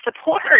support